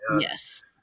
Yes